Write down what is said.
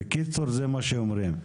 בקיצור, זה מה שאומרים.